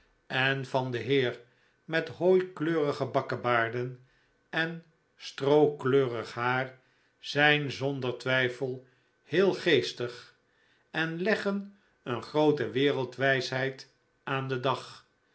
en van den heer met hooikleurige bakkebaarden en strookleurig haar zijn zonder twijfel heel geestig en leggen een groote wereldwijsheid aan den dag